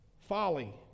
folly